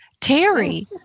Terry